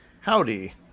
Howdy